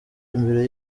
imbere